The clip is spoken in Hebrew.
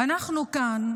אנחנו כאן